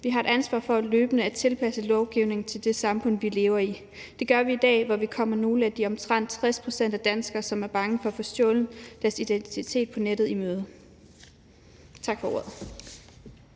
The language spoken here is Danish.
Vi har et ansvar for løbende at tilpasse lovgivningen til det samfund, vi lever i. Det gør vi i dag, hvor vi kommer nogle af de danskere, som er bange for at få stjålet deres identitet på nettet – det gælder omtrent